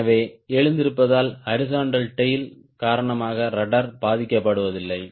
எனவே எழுந்திருப்பதால் horizontal tail காரணமாக ரட்ட்ர் பாதிக்கப்படுவதில்லை